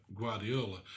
Guardiola